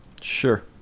Sure